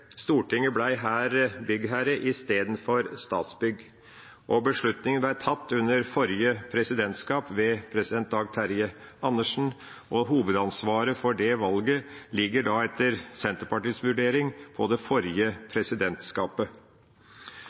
Stortinget ble her byggherre istedenfor Statsbygg. Beslutningen ble tatt under forrige presidentskap, ved daværende president Dag Terje Andersen, og hovedansvaret for det valget ligger da, etter Senterpartiets vurdering, på det forrige presidentskapet.